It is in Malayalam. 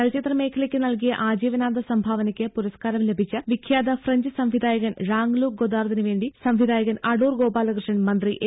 ചലച്ചിത്ര മേഖലയ്ക്ക് നൽകിയ ആജീവനാന്ത സംഭാവനയ്ക്ക് പുരസ്കാരം ലഭിച്ച വിഖ്യാത ഫ്രഞ്ച് സംവിധായകൻ ഴാങ് ലൂക്ക് ഗൊദാർദിന് വേണ്ടി സംവിധായകൻ അടൂർ ഗോപാലകൃഷ്ണൻ മന്ത്രി എ